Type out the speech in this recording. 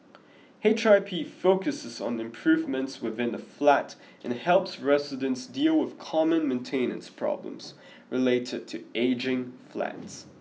H I P focuses on improvements within the flat and helps residents deal with common maintenance problems related to ageing flats